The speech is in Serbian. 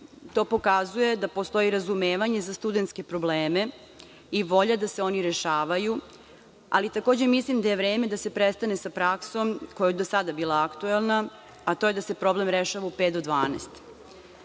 To pokazuje da postoji razumevanje za studentske probleme i volja da se oni rešavaju, ali takođe mislim da je vreme da se prestane sa praksom koja je do sada bila aktuelna, a to je da se problem rešava u pet do